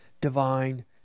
divine